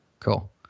Cool